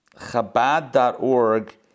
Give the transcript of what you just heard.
Chabad.org